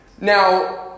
now